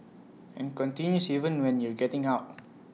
and continues even when you're getting out